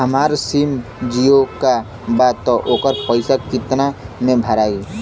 हमार सिम जीओ का बा त ओकर पैसा कितना मे भराई?